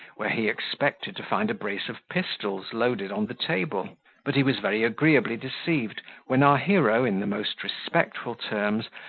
where he expected to find a brace of pistols loaded on the table but he was very agreeably deceived, when our hero, in the most respectful terms,